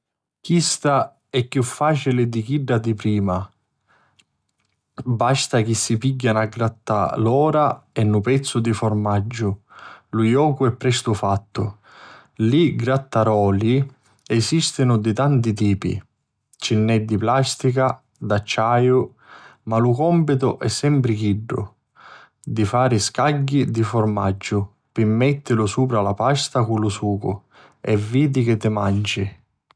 Chista è chiu fàcili di chidda di prima. Basta chi si pigghia na grattalora e un pezzu di furmaggiu lu jocu è prestu fattu. Li grattalori esìstinu di tanti tipi: Ci n'è di plàstica, d'acciau, ma lu còmpitu è sempri chiddu, di fari scagghi di furmaggiu pi mèttilu supra la pasta cu lu sucu, e vidi chi manci.